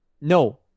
No